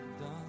done